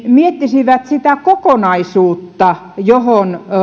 miettisivät sitä kokonaisuutta johon